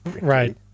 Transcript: Right